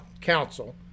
Council